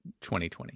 2020